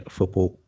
Football